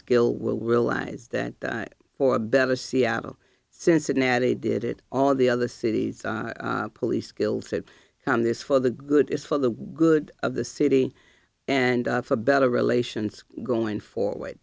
kill will realize that for better seattle cincinnati did it all the other cities police skills that come this for the good is for the good of the city and for better relations going forward